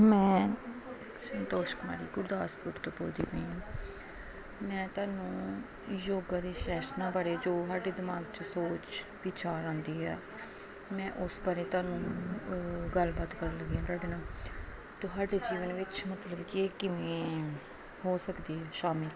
ਮੈਂ ਸੰਤੋਸ਼ ਕੁਮਾਰੀ ਗੁਰਦਾਸਪੁਰ ਤੋਂ ਬੋਲਦੀ ਪਈ ਹਾਂ ਮੈਂ ਤੁਹਾਨੂੰ ਯੋਗਾ ਦੇ ਫੈਸ਼ਨਾਂ ਬਾਰੇ ਜੋ ਹਾਡੇ ਦਿਮਾਗ 'ਚ ਸੋਚ ਵਿਚਾਰ ਆਉਂਦੀ ਹੈ ਮੈਂ ਉਸ ਬਾਰੇ ਤੁਹਾਨੂੰ ਗੱਲਬਾਤ ਕਰਨ ਲੱਗੀ ਹਾਂ ਤੁਹਾਡੇ ਨਾਲ ਤੁਹਾਡੇ ਜੀਵਨ ਵਿੱਚ ਮਤਲਬ ਕਿ ਕਿਵੇਂ ਹੋ ਸਕਦੀ ਸ਼ਾਮਿਲ